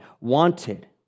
wanted